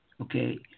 Okay